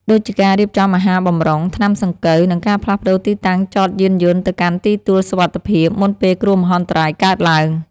ដូចជាការរៀបចំអាហារបម្រុង ថ្នាំសង្កូវ និងការផ្លាស់ប្តូរទីតាំងចតយានយន្តទៅកាន់ទីទួលសុវត្ថិភាព មុនពេលគ្រោះមហន្តរាយកើតឡើង។